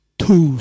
two